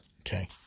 Okay